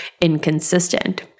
inconsistent